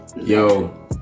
Yo